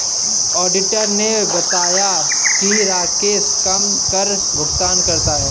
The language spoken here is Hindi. ऑडिटर ने बताया कि राकेश कम कर भुगतान करता है